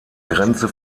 grenze